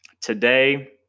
today